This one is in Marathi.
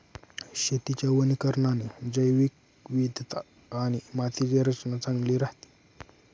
शेतीच्या वनीकरणाने जैवविविधता आणि मातीची रचना चांगली राहते